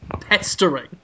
pestering